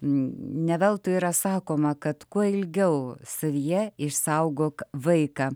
ne veltui yra sakoma kad kuo ilgiau savyje išsaugok vaiką